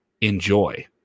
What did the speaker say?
Enjoy